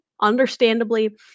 understandably